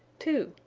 two!